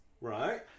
right